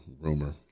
rumor